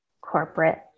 corporate